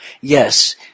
yes